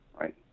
Right